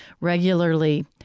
regularly